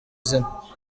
zina